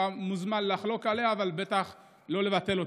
אתה מוזמן לחלוק עליה, אבל בטח לא לבטל אותה.